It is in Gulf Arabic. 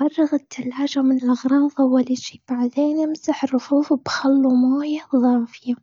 فرغ التلاجة من الأغراض أول إشي. بعدين إمسح الرفوف بخل ومويه دافية.